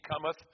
cometh